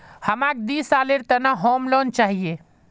हमाक दी सालेर त न होम लोन चाहिए